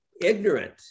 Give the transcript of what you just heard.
ignorant